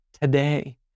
today